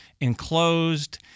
enclosed